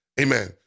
Amen